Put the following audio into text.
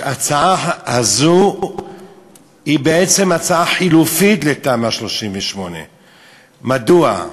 ההצעה הזאת היא בעצם הצעה חלופית לתמ"א 38. מדוע?